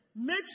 Make